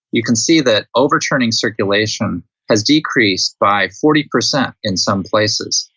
you can see that overturning circulation has decreased by forty percent in some places.